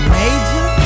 major